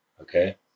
Okay